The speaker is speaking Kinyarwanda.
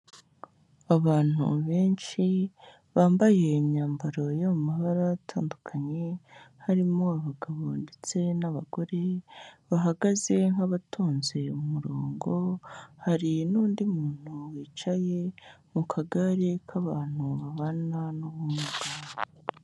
Abantu benshi bambaye imyambaro yo mu mabara atandukanye, harimo abagabo ndetse n'abagore, bahagaze nk'abatonze umurongo, hari n'undi muntu wicaye mu kagare k'abantu babana n'ubumuga.